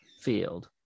field